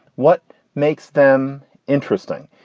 what makes them interesting?